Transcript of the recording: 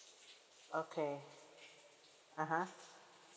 okay (uh huh)